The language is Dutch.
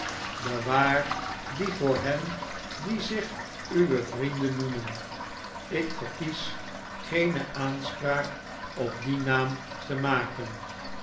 sbewaar die voor hen die zich uwe vrienden noemen ik verkies geene aanspraak op dien naam te maken